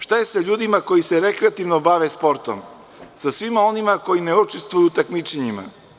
Šta je sa ljudima koji se rekreativno bave sportom, sa svima onima koji ne učestvuju u takmičenjima?